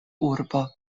urbo